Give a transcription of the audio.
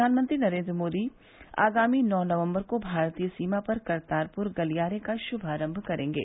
प्रधानमंत्री नरेन्द्र मोदी आगामी नौ नवम्बर को भारतीय सीमा पर करतारपुर गलियारे का शुभारम्भ करेंगे